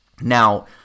now